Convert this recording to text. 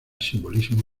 simbolismo